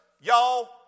y'all